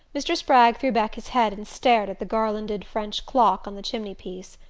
mr. spragg threw back his head and stared at the garlanded french clock on the chimney-piece.